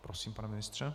Prosím, pane ministře.